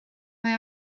mae